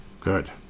Good